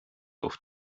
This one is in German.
auf